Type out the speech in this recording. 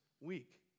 week